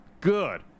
good